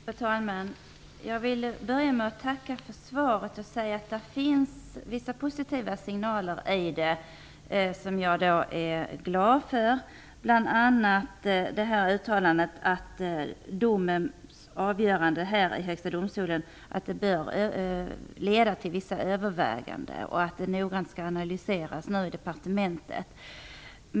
Fru talman! Jag vill börja med att tacka för svaret och säga att det finns vissa positiva signaler som jag är glad över, bl.a. uttalandet att avgörandet i Högsta domstolen bör leda till vissa överväganden och att det noggrant skall analyseras i departementet.